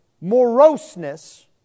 moroseness